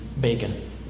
bacon